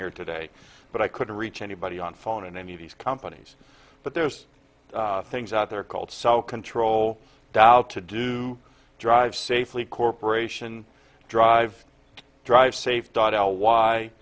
here today but i couldn't reach anybody on phone in any of these companies but there's things out there called sow control dial to do drive safely corporation drive drive safe dot l y